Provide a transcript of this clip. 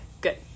good